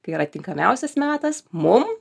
tai yra tinkamiausias metas mum